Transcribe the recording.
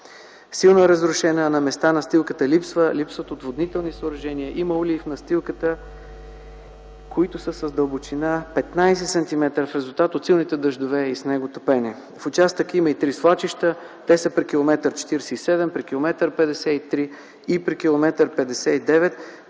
силно разрушена, на места настилката липсва, липсват отводнителни съоръжения, има улеи в настилката, които са с дълбочина 15 см в резултат на силните дъждове и снеготопене. В участъка има и три свлачища, те са при километър 47, при километър 53 и при километър